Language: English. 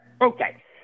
Okay